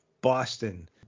Boston